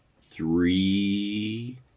three